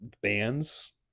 bands